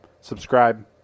Subscribe